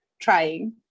trying